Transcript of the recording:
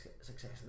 success